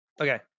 Okay